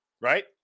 right